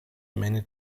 many